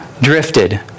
drifted